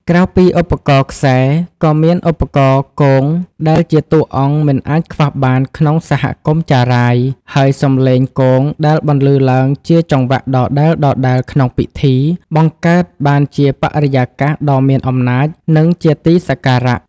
ក្រៅពីឧបករណ៍ខ្សែ ក៏មានឧបករណ៍គងដែលជាតួអង្គមិនអាចខ្វះបានក្នុងសហគមន៍ចារាយ ហើយសម្លេងគងដែលបន្លឺឡើងជាចង្វាក់ដដែលៗក្នុងពិធី បង្កើតបានជាបរិយាកាសដ៏មានអំណាច និងជាទីសក្ការៈ។